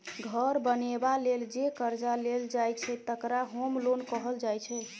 घर बनेबा लेल जे करजा लेल जाइ छै तकरा होम लोन कहल जाइ छै